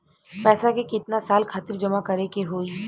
पैसा के कितना साल खातिर जमा करे के होइ?